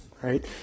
Right